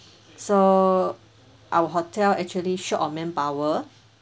so our hotel actually short of manpower